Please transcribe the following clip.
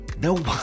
no